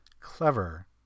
clever